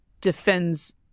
defends